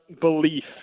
belief